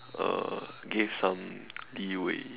uh gave some leeway